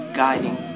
guiding